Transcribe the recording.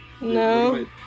No